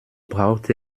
braucht